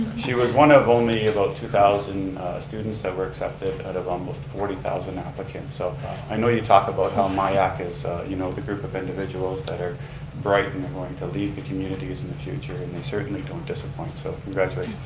she was one of only about two thousand students that were accepted out of almost forty thousand applicants. so i know you talk about how myac is you know the group of individuals that are bright and going to lead the communities in the future and they certainly don't disappoint. so congratulations